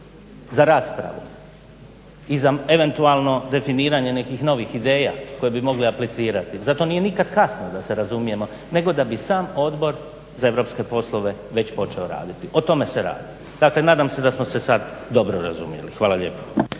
za raspravu i za eventualno definiranje nekih novih ideja koje bi mogli aplicirati. Za to nije nikad kasno da se razumijemo, nego da bi sam Odbor za europske poslove već počeo raditi. O tome se radi. Dakle, nadam se da smo se sad dobro razumjeli. Hvala lijepo.